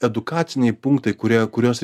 edukaciniai punktai kurie kuriuos